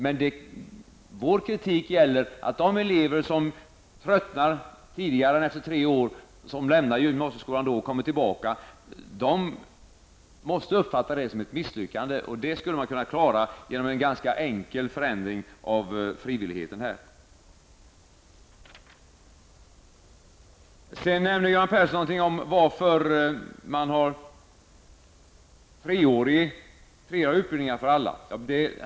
Men vår kritik gäller att de elver som tröttnar innan de gått har tre år kommer att uppfatta det som ett misslyckande. Det skulle man kunnat klara genom en ganska enkel förändring här i frivilligheten. Göran Persson nämnde sedan någonting om varför man har treåriga utbildningar för alla.